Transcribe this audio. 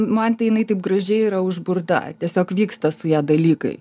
man tai jinai taip gražiai yra užburta tiesiog vyksta su ja dalykai